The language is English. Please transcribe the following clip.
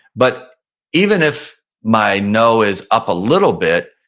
but even if my know is up a little bit,